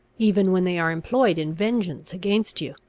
even when they are employed in vengeance against you.